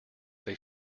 they